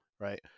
right